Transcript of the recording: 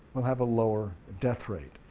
will have a lower death rate,